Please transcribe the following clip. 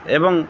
ଏବଂ